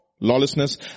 Lawlessness